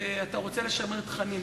ואתה רוצה לשמר תכנים,